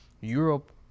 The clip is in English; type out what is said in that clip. Europe